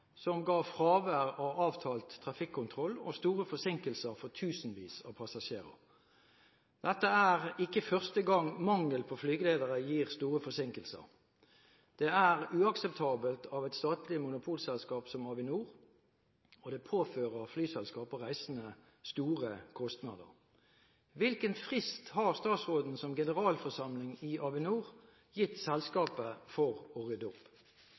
som ga fravær av avtalt trafikkontroll og store forsinkelser for tusenvis av passasjerer. Dette er ikke første gang mangel på flygeledere gir store forsinkelser. Det er uakseptabelt av et statlig monopolselskap som Avinor, og det påfører flyselskap og reisende store kostnader. Hvilken frist har statsråden, som generalforsamling i Avinor, gitt selskapet for å rydde opp?»